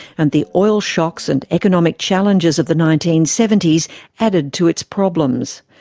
and the oil shocks and economic challenges of the nineteen seventy s added to its problems.